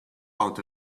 out